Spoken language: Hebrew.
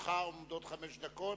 לרשותך עומדות חמש דקות,